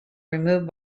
removed